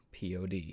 POD